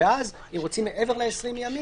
ואז אם רוצים מעבר ל-20 ימים,